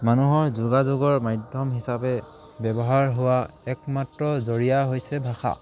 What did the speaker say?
মানুহৰ যোগাযোগৰ মাধ্যম হিচাপে ব্যৱহাৰ হোৱা একমাত্ৰ জৰিয়া হৈছে ভাষা